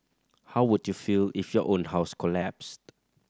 how would you feel if your own house collapsed